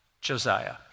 Josiah